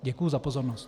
Děkuji za pozornost.